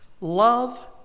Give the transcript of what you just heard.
Love